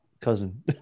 cousin